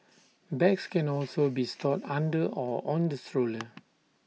bags can also be stored under or on the stroller